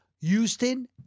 Houston